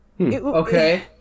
Okay